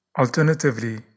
Alternatively